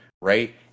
right